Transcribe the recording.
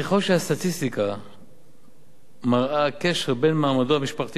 ככל שהסטטיסטיקה מראה קשר בין מעמדו המשפחתי